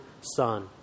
son